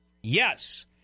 Yes